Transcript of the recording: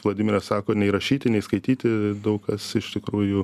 vladimiras sako nei rašyti nei skaityti daug kas iš tikrųjų